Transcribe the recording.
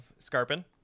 scarpin